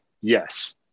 yes